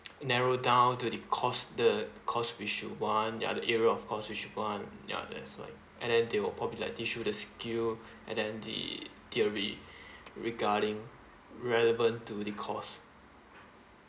narrow down to the course the course we should want the other area of course we should want ya that's like and then they will probably like teach you that skill and then the theory regarding relevant to the course